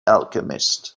alchemist